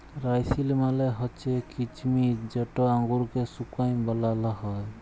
রাইসিল মালে হছে কিছমিছ যেট আঙুরকে শুঁকায় বালাল হ্যয়